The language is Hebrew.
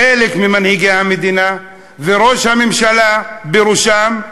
חלק ממנהיגי המדינה, וראש הממשלה בראשם,